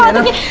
ah will get